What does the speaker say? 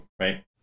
right